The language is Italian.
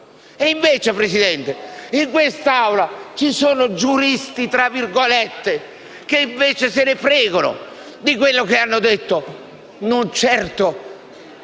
signor Presidente, in quest'Aula ci sono "giuristi" che se ne fregano di quello che hanno detto (non certo